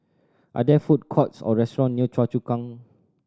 are there food courts or restaurant near Choa Chu Kang